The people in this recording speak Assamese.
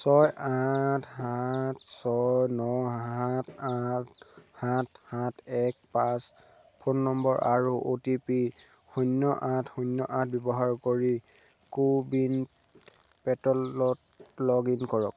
ছয় আঠ সাত ছয় ন সাত আঠ সাত সাত এক পাঁচ ফোন নম্বৰ আৰু অ' টি পি শূন্য আঠ শূন্য আঠ ব্যৱহাৰ কৰি কো ৱিন প'ৰ্টেলত লগ ইন কৰক